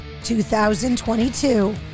2022